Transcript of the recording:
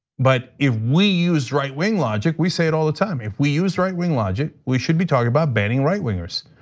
but if we use right wing logic, we say it all the time, if we used right wing logic, we should be talking about banning right wingers.